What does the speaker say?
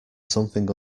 something